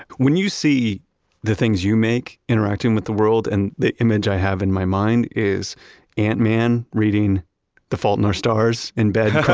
when you see the things you make interacting with the world, and the image i have in my mind is ant-man reading the fault in our stars in bed,